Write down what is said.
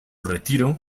retiro